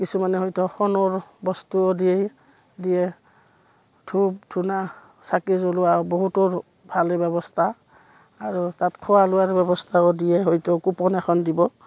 কিছুমানে হয়তো সোণৰ বস্তুও দিয়ে দিয়ে ধূপ ধূনা চাকি জ্বলোৱাও বহুতৰ ভালে ব্যৱস্থা আৰু তাত খোৱা লোৱাৰ ব্যৱস্থাও দিয়ে হয়তো কুপন দিব